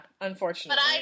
unfortunately